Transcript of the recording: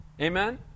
amen